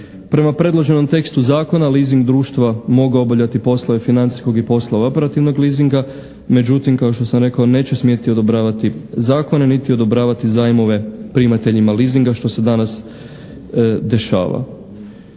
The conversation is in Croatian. Prema predloženom tekstu Zakona leasing društva mogu obavljati poslove financijskog i poslove operativnog leasinga međutim kao što sam rekao neće smjeti odobravati zakone niti odobravati zajmove primateljima leasinga što se danas dešava.